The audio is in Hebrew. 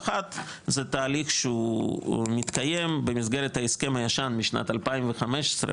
אחת זה התהליך שהוא מתקיים במסגרת ההסכם הישן משנת 2015,